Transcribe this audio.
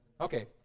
okay